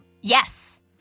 Yes